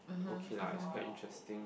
okay lah it's quite interesting